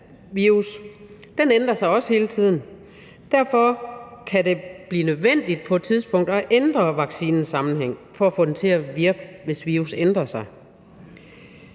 Den ændrer sig også hele tiden. Derfor kan det blive nødvendigt på et tidspunkt at ændre vaccinesammensætningen for at få den til at virke, hvis virus ændrer sig.